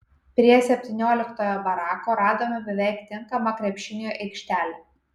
prie septynioliktojo barako radome beveik tinkamą krepšiniui aikštelę